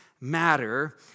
matter